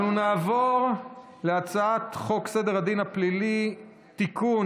אנחנו נעבור להצעת חוק סדר הדין הפלילי (תיקון,